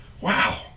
Wow